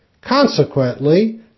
Consequently